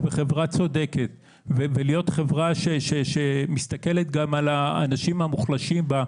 חברה צודקת שמסתכלת גם על האנשים המוחלשים בה,